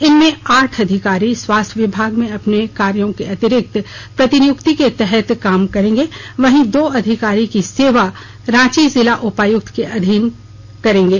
इनमें आठ अधिकारी स्वास्थ्य विभाग में अपने कार्यो के अतिरिक्त प्रतिनियुक्ति के तहत काम करेंगे वहीं दो अधिकारी की सेवा रांची जिला उपायुक्त के अधीन कर करेंगे